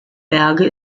berge